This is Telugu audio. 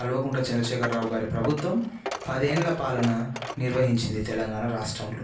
కల్వకుంట్ల చంద్రశేఖర్రావు గారి ప్రభుత్వం పదేండ్ల పాలన నిర్వహించింది తెలంగాణ రాష్ట్రంలో